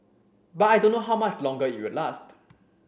but I don't know how much longer it will last